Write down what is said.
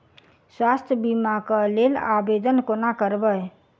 स्वास्थ्य बीमा कऽ लेल आवेदन कोना करबै?